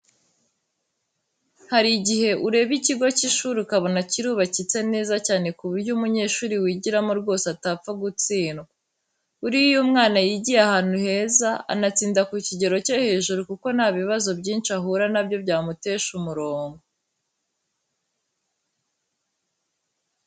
Hari igihe ureba ikigo cy'ishuri ukabona kirubakitse neza cyane ku buryo umunyeshuri wigiramo rwose atapfa gutsindwa. Buriya iyo umwana yigiye ahantu heza, anatsinda ku kigero cyo hejuru kuko nta bibazo byinshi ahura na byo byamutesha umurongo.